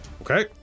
Okay